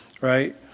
right